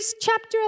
chapter